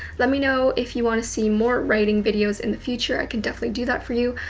let me know if you wanna see more writing videos in the future. i can definitely do that for you.